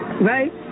right